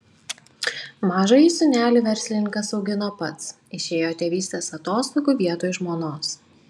mažąjį sūnelį verslininkas augino pats išėjo tėvystės atostogų vietoj žmonos